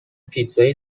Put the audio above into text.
پیتزای